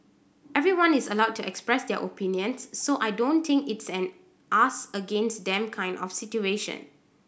everyone is allowed to express their opinions so I don't think it's an us against them kind of situation